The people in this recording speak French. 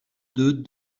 deux